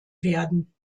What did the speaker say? werden